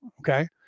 Okay